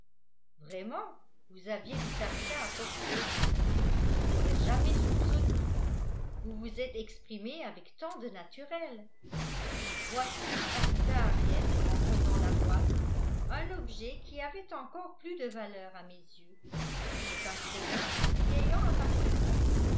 vraiment vous aviez du taffetas à portée je ne l'aurais jamais soupçonné vous vous êtes exprimée avec tant de naturel voici ajouta henriette en prenant la boîte un objet qui avait encore plus de valeur à mes yeux c'est un crayon lui ayant appartenu